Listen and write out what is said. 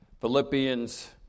Philippians